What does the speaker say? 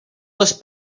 les